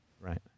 Right